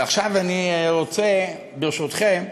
עכשיו אני רוצה, ברשותכם,